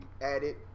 added